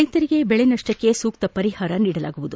ರೈತರಿಗೆ ಬೆಳೆ ನಷ್ಲಕ್ಷೆ ಸೂಕ್ತ ಪರಿಹಾರ ನೀಡಲಾಗುವುದು